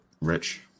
Rich